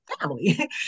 family